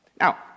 Now